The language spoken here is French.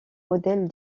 modèles